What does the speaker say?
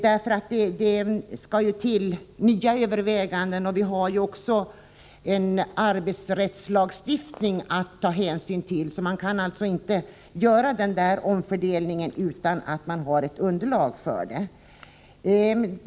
Det skall ju till nya överväganden, och vi har också en arbetsrättslagstiftning att ta hänsyn till. Man kan alltså inte göra denna omfördelning utan att ha ett underlag för densamma.